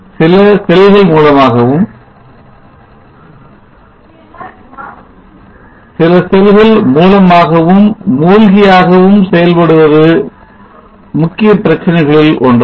சில செல்கள் மூலமாகவும் மூழ்கியாகவும் செயல்படுவது முக்கிய பிரச்சனைகளில் ஒன்றாகும்